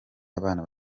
abana